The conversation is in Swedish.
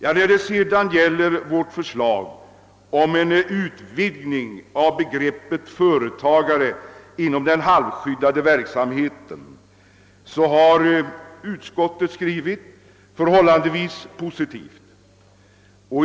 Beträffande vårt förslag om en utvidgning av begreppet »företagare» inom den halvskyddade verksamheten har utskottet vidare skrivit förhållandevis positivt.